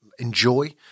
enjoy